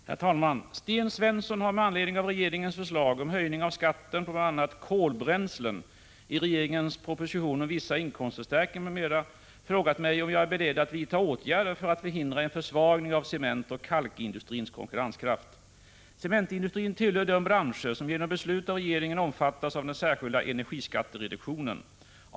Herr talman! Sten Svensson har med anledning av regeringens förslag om höjning av skatten på bl.a. kolbränslen i regeringens proposition 1985/86:140 om vissa inkomstförstärkningar m.m. frågat mig om jag är beredd att vidta åtgärder för att förhindra en försvagning av cementoch kalkindustrins konkurrenskraft. Cementindustrin tillhör de branscher som genom beslut av regeringen omfattas av den särskilda energiskattereduktionen.